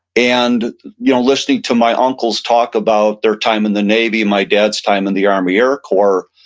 and you know listening to my uncles talk about their time in the navy, my dad's time in the army air corps,